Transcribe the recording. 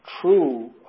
true